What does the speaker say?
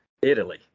Italy